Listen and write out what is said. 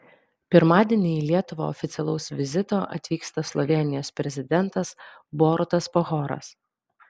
pirmadienį į lietuvą oficialaus vizito atvyksta slovėnijos prezidentas borutas pahoras